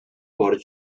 por